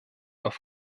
auf